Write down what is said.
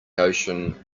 ocean